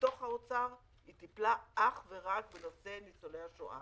בתוך האוצר, היא טיפלה אך ורק בנושא ניצולי השואה